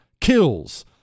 kills